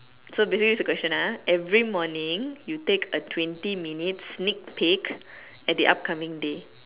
so basically this is the question ah every morning you take a twenty minutes sneak peak at the upcoming day